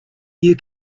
you